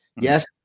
Yes